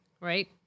right